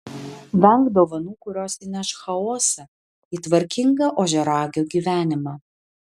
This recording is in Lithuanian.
venk dovanų kurios įneš chaosą į tvarkingą ožiaragio gyvenimą